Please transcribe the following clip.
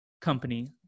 company